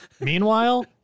Meanwhile